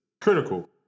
critical